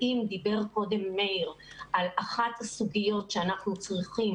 ואם דיבר קודם מאיר על אחת הסוגיות שאנחנו צריכים